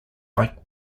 like